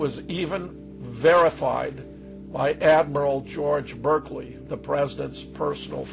was even verified by admiral george burkley the president's personal